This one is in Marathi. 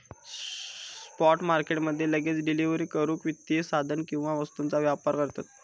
स्पॉट मार्केट मध्ये लगेच डिलीवरी करूक वित्तीय साधन किंवा वस्तूंचा व्यापार करतत